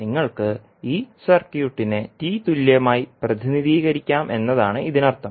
നിങ്ങൾക്ക് ഈ സർക്യൂട്ടിനെ T തുല്യമായി പ്രതിനിധീകരിക്കാമെന്നാണ് ഇതിനർത്ഥം